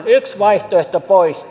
yksi vaihtoehto poistuu